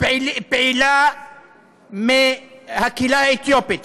פעילה מהקהילה האתיופית,